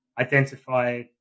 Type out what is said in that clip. identify